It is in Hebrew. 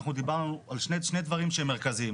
אנחנו דיברנו על שני דברם שהם מרכזיים.